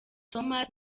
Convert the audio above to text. thomas